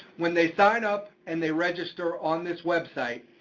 when they sign up and they register on this website,